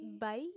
Bye